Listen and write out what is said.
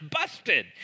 busted